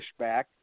pushback